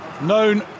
Known